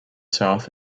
south